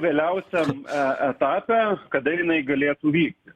vėliausiam etape kada jinai galėtų vykti